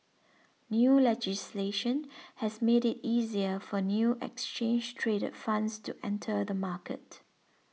new legislation has made it easier for new exchange traded funds to enter the market